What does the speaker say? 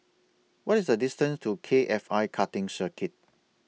What IS The distance to K F I Karting Circuit